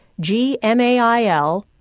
GMAIL